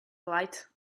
light